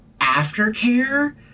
aftercare